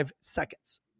seconds